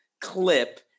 clip